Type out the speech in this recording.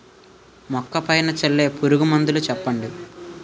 మొక్క పైన చల్లే పురుగు మందులు చెప్పండి?